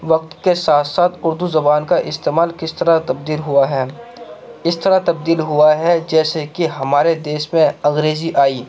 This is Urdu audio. وقت کے ساتھ ساتھ اردو زبان کا استعمال کس طرح تبدیل ہوا ہے اس طرح تبدیل ہوا ہے جیسے کہ ہمارے دیش میں انگریزی آئی